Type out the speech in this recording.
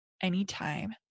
anytime